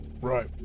Right